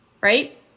right